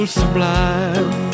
sublime